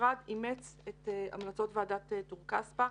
המשרד אימץ את המלצות ועדת טור-כספא.